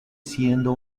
siendo